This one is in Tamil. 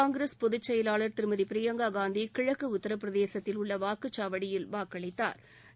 காங்கிரஸ் பொதுச்செயலாளர் திருமதி பிரியங்கா காந்தி கிழக்கு உத்தரப்பிரதேசத்தில் உள்ள வாக்குச்சாவடியில் வாக்களித்தாா்